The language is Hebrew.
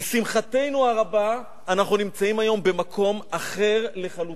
לשמחתנו הרבה אנחנו נמצאים היום במקום אחר לחלוטין,